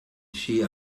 she